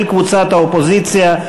של קבוצת האופוזיציה.